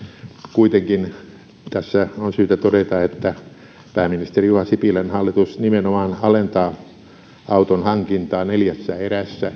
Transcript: kuitenkin tässä on syytä todeta että pääministeri juha sipilän hallitus nimenomaan keventää auton hankintaa neljässä erässä